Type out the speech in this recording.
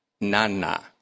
nana